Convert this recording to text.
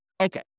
Okay